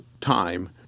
time